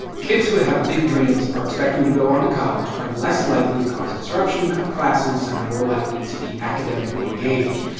kids who have big dreams, are expecting to go on to college, are less likely to cause disruption, cut classes and are more likely to be academically engaged.